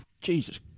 Jesus